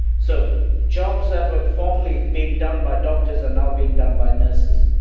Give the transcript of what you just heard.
so jobs that were formerly being done by doctors are now being done by nurses.